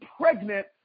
pregnant